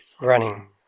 running